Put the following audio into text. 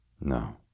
No